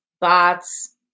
bots